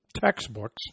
textbooks